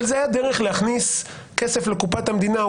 אבל זה היה דרך להכניס כסף לקופת המדינה.